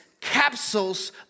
capsules